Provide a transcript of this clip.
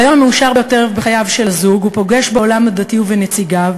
ביום המאושר ביותר בחייו של הזוג הוא פוגש בעולם הדתי ובנציגיו,